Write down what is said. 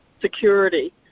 security